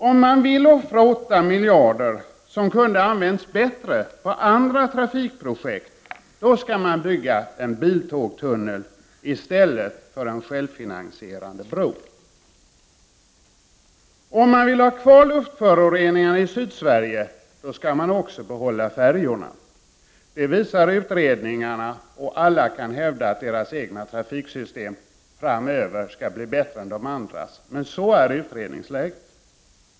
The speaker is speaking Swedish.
Om man vill offra 8 miljarder, som kunde ha använts bättre på andra trafikprojekt, skall man bygga en bil-tåg-tunnel i stället för en självfinansierande bro. Om man vill ha kvar luftföroreningarna i Sydsverige, skall man också behålla färjorna. Detta visas av utredningarna. Alla kan hävda att deras trafiksystem framöver skall bli bättre än de andras, men detta är vad utredningarna visar.